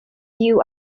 you